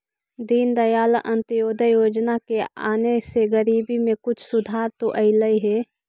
दीनदयाल अंत्योदय योजना के आने से गरीबी में कुछ सुधार तो अईलई हे